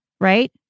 right